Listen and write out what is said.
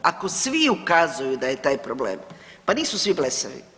Ako svi ukazuju da je taj problem, pa nisu svi blesavi.